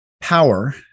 power